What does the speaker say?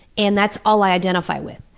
and that's all i identify with.